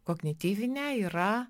kognityvinė yra